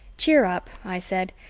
cheer up, i said.